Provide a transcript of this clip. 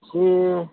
बे